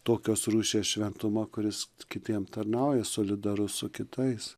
tokios rūšies šventumą kuris kitiem tarnauja solidarus su kitais